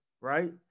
Right